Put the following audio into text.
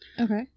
Okay